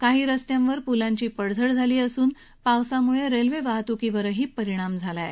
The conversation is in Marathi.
काही रस्त्यांवर पुलांची पडझड झाली असून पावसामुळे रेल्वे वाहतुकीवरही परिणान झाला आहे